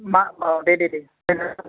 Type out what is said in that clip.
मा माबा दे दे दे